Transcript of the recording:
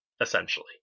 essentially